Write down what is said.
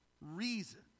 reason